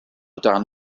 dan